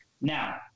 Now